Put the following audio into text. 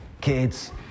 kids